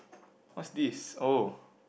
what's this oh